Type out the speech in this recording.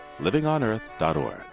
livingonearth.org